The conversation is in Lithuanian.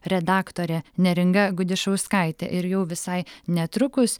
redaktorė neringa gudišauskaitė ir jau visai netrukus